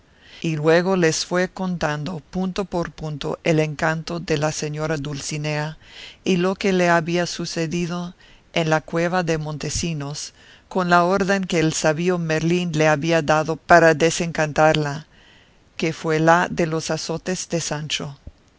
y luego les fue contando punto por punto el encanto de la señora dulcinea y lo que le había sucedido en la cueva de montesinos con la orden que el sabio merlín le había dado para desencantarla que fue la de los azotes de sancho